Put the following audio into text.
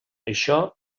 això